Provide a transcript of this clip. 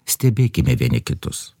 stebėkime vieni kitus